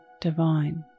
divine